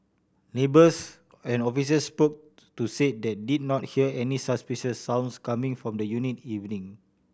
neighbours and officers spoke to said they did not hear any suspicious sounds coming from the unit evening